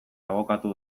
abokatu